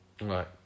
Right